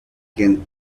quien